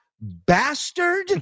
bastard